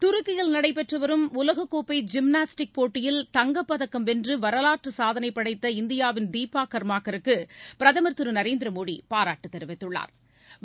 துருக்கியில் நடைபெற்றுவரும் உலகக்கோப்பை ஜிம்னாஸ்டிக் போட்டியில் தங்கப்பதக்கம் வென்று வரலாற்று சாதனை படைத்த இந்தியாவின் தீபா காமாக்கருக்கு பிரதமா் திரு நரேந்திர மோடி பாராட்டு தெரிவித்துள்ளா்